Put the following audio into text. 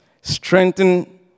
strengthen